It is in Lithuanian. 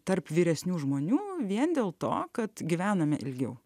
tarp vyresnių žmonių vien dėl to kad gyvename ilgiau